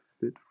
fit